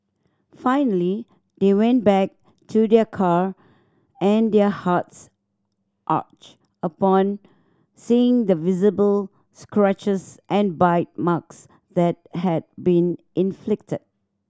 finally they went back to their car and their hearts ached upon seeing the visible scratches and bite marks that had been inflicted